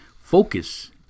focus